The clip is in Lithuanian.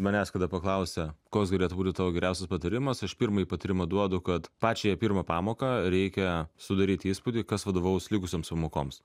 manęs kada paklausia koks galėtų būti tavo geriausias patarimas aš pirmąjį patarimą duodu kad pačią pirmą pamoką reikia sudaryti įspūdį kas vadovaus likusioms pamokoms